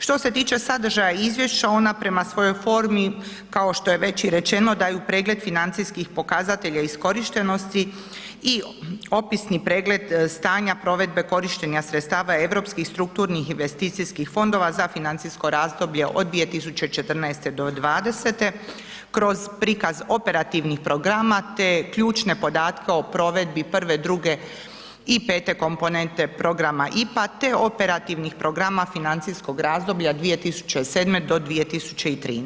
Što se tiče sadržaja izvješća ona prema svojoj formi, kao što je već i rečeno daju pregled financijskih pokazatelja iskorišteni i opisni pregled stanja provedbe korištenja sredstava Europskih strukturnih investicijskih fondova za financijsko razdoblje od 2014. do '20. kroz prikaz operativnih programa te ključne podatke o provedbi prve, druge i pete komponente programa IPA te operativnih programa financijskog razdoblja 2007. do 2013.